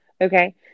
Okay